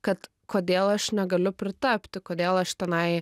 kad kodėl aš negaliu pritapti kodėl aš tenai